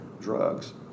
drugs